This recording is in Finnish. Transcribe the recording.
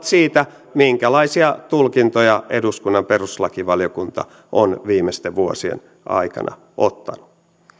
siitä minkälaisia tulkintoja eduskunnan perustuslakivaliokunta on viimeisten vuosien aikana ottanut